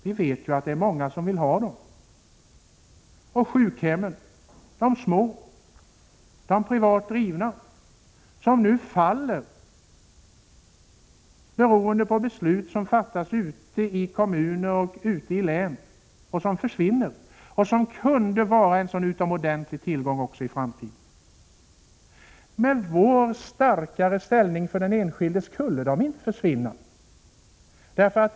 Vi vet ju att det är många som vill ha kvar dem. Sjukhemmen -— det gäller de små och privat drivna sjukhemmen —, som nu försvinner som en följd av beslut som fattas ute i kommuner och län, kunde också i framtiden vara en utomordentligt stor tillgång. Med vår politik, som syftar till att stärka den enskildes ställning, skulle ålderdomshemmen inte försvinna.